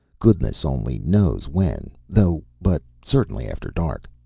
goodness only knows when, though, but certainly after dark.